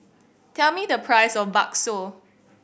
tell me the price of bakso